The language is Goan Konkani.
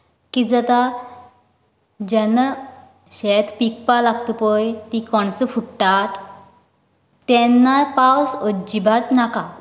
कितें जाता जेन्ना शेत पिकपा लागता पळय ती कणसां फुट्टात तेन्ना पावस अजिबात नाका